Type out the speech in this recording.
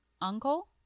uncle